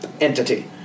entity